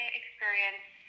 experience